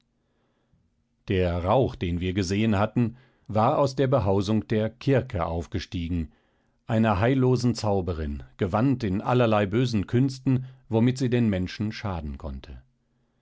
der rauch den wir gesehen hatten war aus der behausung der kirke aufgestiegen einer heillosen zauberin gewandt in allerlei bösen künsten womit sie den menschen schaden konnte